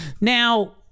now